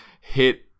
hit